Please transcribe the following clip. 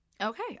Okay